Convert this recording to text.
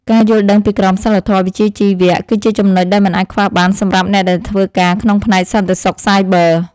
ការយល់ដឹងពីក្រមសីលធម៌វិជ្ជាជីវៈគឺជាចំនុចដែលមិនអាចខ្វះបានសម្រាប់អ្នកដែលធ្វើការក្នុងផ្នែកសន្តិសុខសាយប័រ។